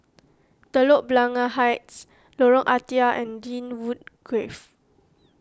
Telok Blangah Heights Lorong Ah Thia and Lynwood Grove